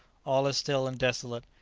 all is still and desolate.